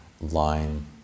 line